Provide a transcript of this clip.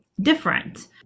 different